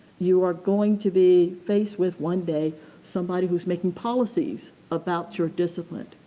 you are going to be faced with one day somebody who's making policies about your discipline.